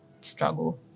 struggle